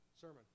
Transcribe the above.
sermon